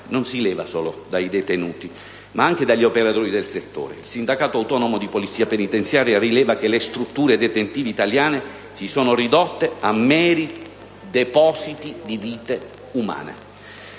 non si leva solo dai detenuti ma anche dagli operatori del settore. Il sindacato autonomo di Polizia penitenziaria rileva che le strutture detentive italiane si sono ridotte a meri depositi di vite umane: